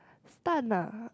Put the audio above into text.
stun lah